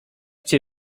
cię